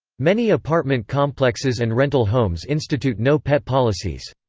many apartment complexes and rental homes institute no pet policies.